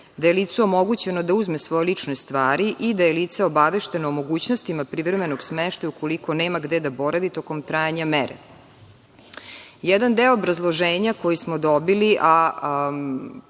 da je licu omogućeno da uzme svoje lične stvari i da je lice obavešteno o mogućnostima privremenog smeštaja ukoliko nema gde da boravi tokom trajanja mere“.Jedan deo obrazloženja koji smo dobili,